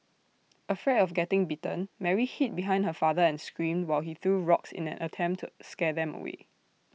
afraid of getting bitten Mary hid behind her father and screamed while he threw rocks in an attempt to scare them away